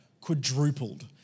quadrupled